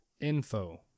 info